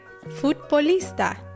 futbolista